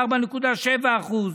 ב-4.7%,